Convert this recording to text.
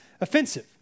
offensive